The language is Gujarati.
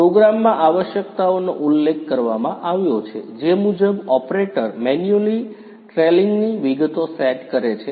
પ્રોગ્રામમાં આવશ્યકતાઓનો ઉલ્લેખ કરવામાં આવ્યો છે જે મુજબ ઓપરેટર મેન્યુઅલી ટૂલિંગની વિગતો સેટ કરે છે